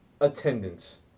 attendance